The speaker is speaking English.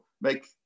make